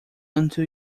unto